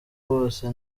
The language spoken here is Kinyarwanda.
wose